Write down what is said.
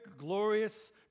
glorious